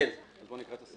בואו נקרא את הסעיף.